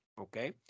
okay